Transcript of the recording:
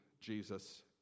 Jesus